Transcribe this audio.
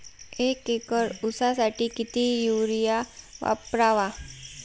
एक एकर ऊसासाठी किती युरिया वापरावा?